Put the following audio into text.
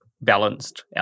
balanced